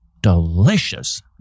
delicious